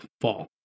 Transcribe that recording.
fall